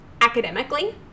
academically